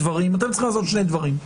אתם צריכים לעשות שני דברים: